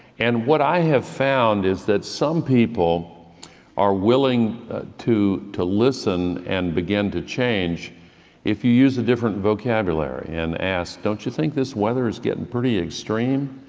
and what i have found is that some people are willing to to listen and begin to change if you use a different vocabulary and ask don't you think this weather is getting pretty extreme?